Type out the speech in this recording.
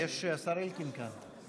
השר אלקין כאן.